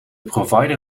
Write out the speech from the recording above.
provider